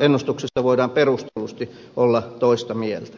ennustuksista voidaan perustellusti olla toista mieltä